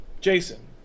Jason